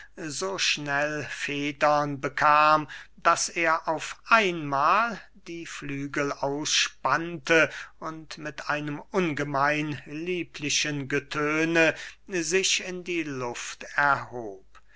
so schnell federn bekam daß er auf einmahl die flügel ausspannte und mit einem ungemein lieblichen getöne sich in die luft erhob